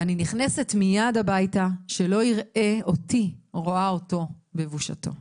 ואני נכנסת מיד הביתה שלא ייראה אותי רואה אותו בבושתו.